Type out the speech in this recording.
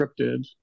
encrypted